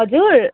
हजुर